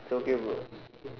it's okay bro